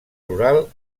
rural